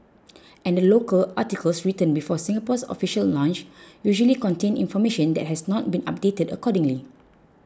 and the local articles written before Singapore's official launch usually contain information that has not been updated accordingly